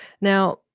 Now